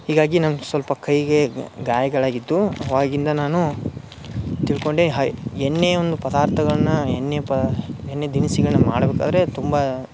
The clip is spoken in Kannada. ಹೀಗಾಗಿ ನಂಗೆ ಸ್ವಲ್ಪ ಕೈಗೆ ಗಾಯಗಳು ಆಗಿದ್ದು ಅವಾಗಿಂದ ನಾನು ತಿಳ್ಕೊಂಡೆ ಹಾಯ್ ಎಣ್ಣೆಯೊಂದು ಪದಾರ್ಥವನ್ನು ಎಣ್ಣೆ ಪ ಎಣ್ಣೆ ದಿನಸಿಗಳನ್ನ ಮಾಡ್ಬೇಕಾದರೆ ತುಂಬ